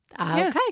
Okay